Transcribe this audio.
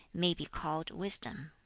may be called wisdom